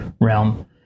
realm